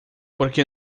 porque